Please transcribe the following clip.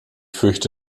fürchte